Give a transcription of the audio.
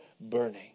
burning